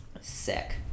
Sick